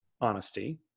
honesty